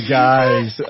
guys